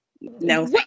no